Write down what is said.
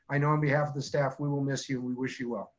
i know on behalf of the staff, we will miss you. we wish you well.